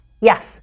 Yes